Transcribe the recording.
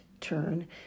turn